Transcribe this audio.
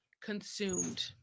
consumed